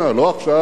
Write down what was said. לא עכשיו,